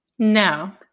No